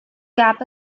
gab